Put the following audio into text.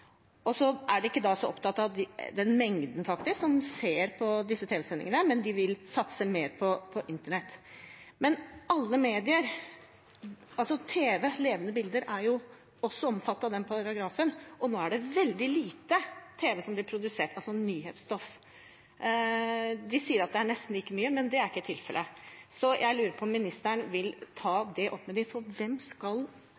er ikke så opptatt av hvor mange som ser på TV-sendingene, men vil satse mer på internett. Men alle medier – også TV, levende bilder – er omfattet av den paragrafen, og nå er det veldig lite TV som blir produsert, altså distriktsnyhetsstoff. De sier det er nesten like mye, men det er ikke tilfellet. Jeg lurer på om statsråden vil